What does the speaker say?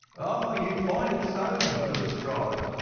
ah, you find it so, mr. lestrade!